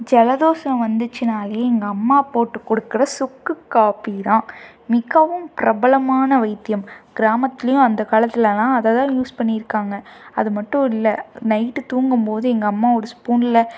ஜலதோஷம் வந்துச்சுனாலே எங்கள் அம்மா போட்டு கொடுக்கற சுக்கு காபி தான் மிகவும் பிரபலமான வைத்தியம் கிராமத்துலையும் அந்த காலத்துலலாம் அதை தான் யூஸ் பண்ணி இருக்காங்க அது மட்டும் இல்லை நைட்டு தூங்கும்போது எங்கள் அம்மா ஒரு ஸ்பூன்ல